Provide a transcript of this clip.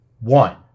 one